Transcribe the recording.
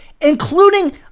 including